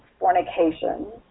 fornication